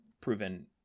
proven